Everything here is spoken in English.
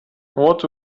what